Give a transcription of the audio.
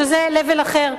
שזה level אחר.